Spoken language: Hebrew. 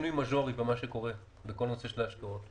בשינוי מז'ורי בכל הנושא של ההשקעות,